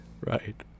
Right